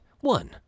one